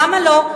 למה לא?